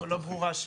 לא ברורה השאלה.